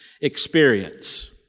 experience